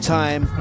time